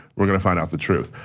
we're gonna find out the truth.